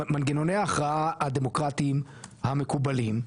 מנגנוני ההכרעה הדמוקרטיים המקובלים,